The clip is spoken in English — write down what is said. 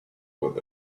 with